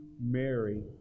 Mary